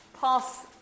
pass